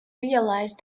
realise